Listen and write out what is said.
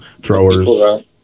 throwers